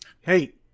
Hey